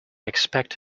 expect